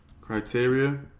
Criteria